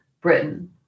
Britain